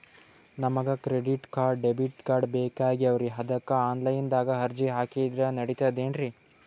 ನಮಗ credit card, debit card ಬೇಕಾಗ್ಯಾವ್ರೀ ಅದಕ್ಕ ಆನಲೈನದಾಗ ಅರ್ಜಿ ಹಾಕಿದ್ರ ನಡಿತದೇನ್ರಿ?